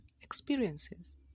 experiences